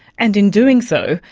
and in doing so,